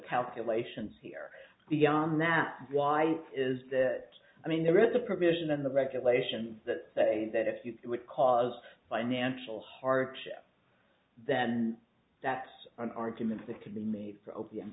calculations here beyond that why is that i mean there is a provision in the regulations that say that if it would cause financial hardship then that's an argument that could be made for o